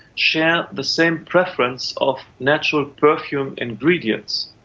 share the same preference of natural perfume ingredients.